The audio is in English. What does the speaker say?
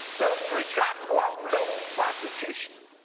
those three cops walked. no prosecution.